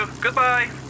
Goodbye